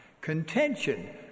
Contention